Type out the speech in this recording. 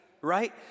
right